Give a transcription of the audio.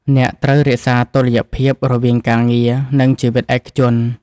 អ្នកត្រូវរក្សាតុល្យភាពរវាងការងារ និងជីវិតឯកជន ។